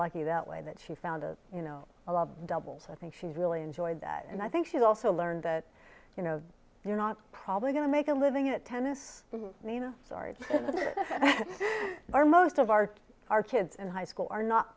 lucky that way that she found you know a lot of doubles i think she really enjoyed that and i think she also learned that you know they're not probably going to make a living at tennis nina or most of our kids and high school are not